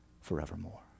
forevermore